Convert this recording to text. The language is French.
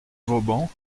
vauban